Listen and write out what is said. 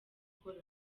ukora